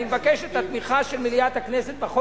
אני מבקש את התמיכה של מליאת הכנסת בחוק